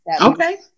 okay